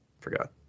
forgot